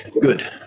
Good